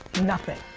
nothing.